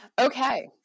Okay